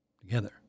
Together